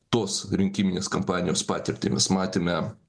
tos rinkiminės kampanijos patirtį mes matėme